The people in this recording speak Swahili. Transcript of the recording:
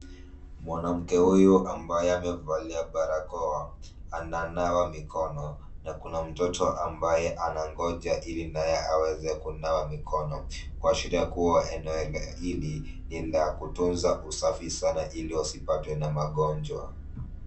Mwanamke huyu ambaye amevalia barakoa ananawa mikono na kuna mtoto anangoja ili naye aweze kunawa mikono. Kuashiria kuwa eneo hili ni la kutunza usafi sana ili wasipatwe na magonjwa.